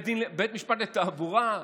בית משפט לתעבורה?